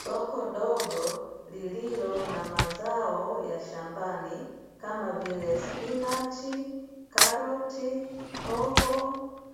Soko dogo lililo na mazao ya shambani kama vile spinachi , karoti, hoho,